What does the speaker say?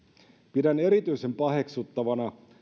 pidän erityisen paheksuttavana